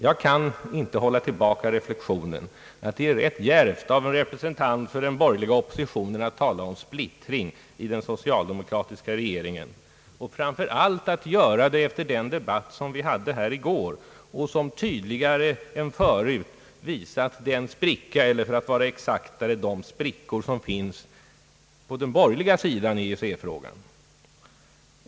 Jag kan inte hålla tillbaka reflexio nen att det är ganska djärvt av en representant för den borgerliga oppositionen att tala om splittring i regeringen och framför allt att göra det efter den debatt som vi hade i går, vilken tydligare än förut visat den spricka eller rättare sagt de sprickor som finns på den borgerliga sidan i EEC-frågan.